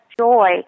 joy